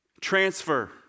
transfer